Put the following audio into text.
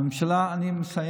הממשלה, אני מסיים.